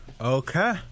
Okay